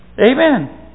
Amen